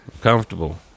comfortable